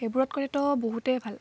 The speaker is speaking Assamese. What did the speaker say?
সেইবোৰত কৰিতো বহুতে ভাল